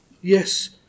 Yes